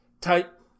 type